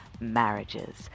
marriages